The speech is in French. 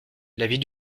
l’avis